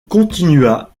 continua